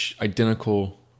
identical